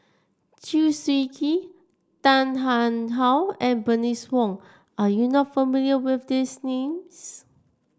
Chew Swee Kee Tan How and Bernice Wong are you not familiar with these names